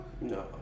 No